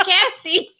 Cassie